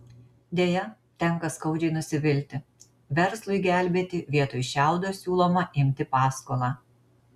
deja tenka skaudžiai nusivilti verslui gelbėti vietoj šiaudo siūloma imti paskolą